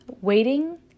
waiting